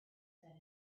said